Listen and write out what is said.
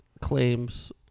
claims